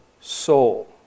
soul